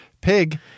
Pig